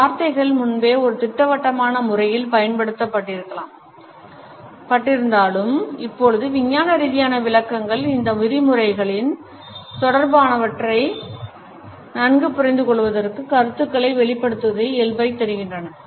இந்த வார்த்தைகள் முன்பே ஒரு திட்டவட்டமான முறையில் பயன்படுத்தப்பட்டிருந்தாலும் இப்பொழுது விஞ்ஞான ரீதியான விளக்கங்கள் இந்த விதிமுறைகள் தொடர்பானவற்றை நன்கு புரிந்துகொள்ளுவதற்கும் கருத்துக்களை வெளிப்படுத்துவதற்கும் இயலச் செய்தன